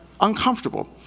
uncomfortable